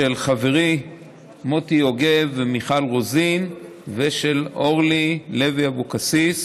של חברי מוטי יוגב ומיכל רוזין ושל אורלי לוי אבקסיס.